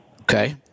Okay